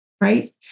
Right